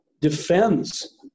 defends